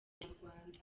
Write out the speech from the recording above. inyarwanda